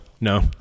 No